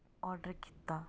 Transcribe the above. order ਕੀਤਾ